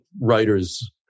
writers